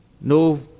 No